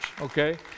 okay